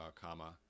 comma